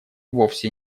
вовсе